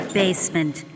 basement